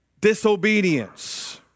disobedience